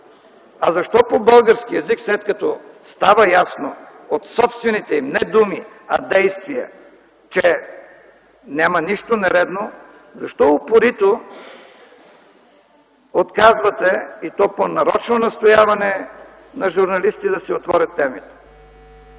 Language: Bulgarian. А защо по български език, след като става ясно от собствените им не думи, а действия, че няма нищо нередно, защо упорито отказвате, и то при нарочно настояване на журналисти, да се отворят темите?!